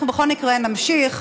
אנחנו בכל מקרה נמשיך.